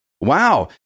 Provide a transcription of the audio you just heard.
Wow